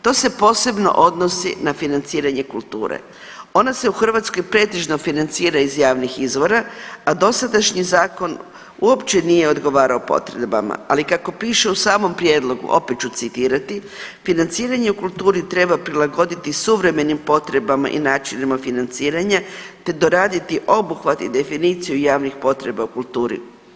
To se posebno odnosi na financiranje kulture, ona se u Hrvatskoj pretežno financira iz javnih izvora, a dosadašnji zakon uopće nije odgovarao potrebama, ali kako piše u samom prijedlogu, opet ću citirati, financiranje u kulturi treba prilagoditi suvremenim potrebama i načinima financiranja, te doraditi obuhvat i definiciju javnih potreba u kulturi.